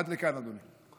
עד כאן, אדוני.